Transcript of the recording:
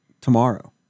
tomorrow